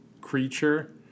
creature